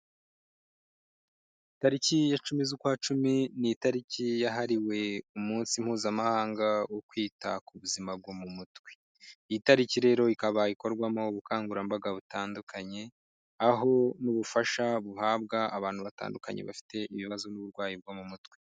Tariki ya cumi z'ukwa cumi ni itariki yahariwe umunsi mpuzamahanga wo kwita ku buzima bwo mu mutwe, iyi tariki rero ikaba ikorwamo ubukangurambaga butandukanye, aho n'ubufasha buhabwa abantu batandukanye bafite ibibazo n'uburwayi bwo mu mutwe.